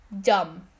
dumb